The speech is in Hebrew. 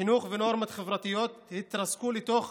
חינוך ונורמות חברתיות התרסקו לתוך